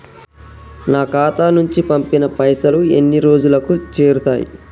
నా ఖాతా నుంచి పంపిన పైసలు ఎన్ని రోజులకు చేరుతయ్?